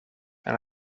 and